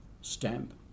stamp